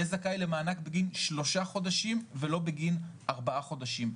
יהיה זכאי למענק בגין שלושה חודשים ולא בגין ארבעה חודשים.